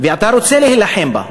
ואתה רוצה להילחם בה.